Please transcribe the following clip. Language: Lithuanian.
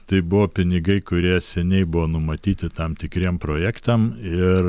tai buvo pinigai kurie seniai buvo numatyti tam tikriem projektam ir